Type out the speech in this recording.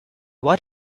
what